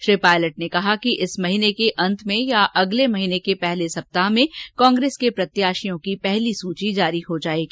श्री पायलट ने बताया कि इस महीने के अंत में या अगले महीने के पहले सप्ताह में कांग्रेस के प्रत्याशियों की पहली सूची जारी हो जाएगी